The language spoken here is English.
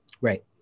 Right